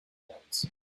pronounce